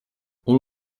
all